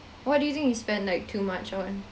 what do you think you spend like too much on